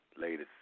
latest